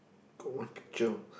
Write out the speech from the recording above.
got one picture